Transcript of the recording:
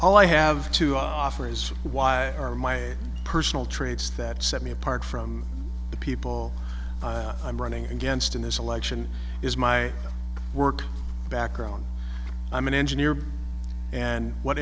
all i have to offer is why are my personal traits that set me apart from the people i'm running against in this election is my work background i'm an engineer and what